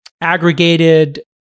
aggregated